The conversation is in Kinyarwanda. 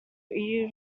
iri